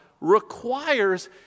requires